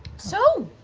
so,